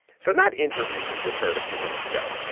so that interview you just heard a few minutes ago,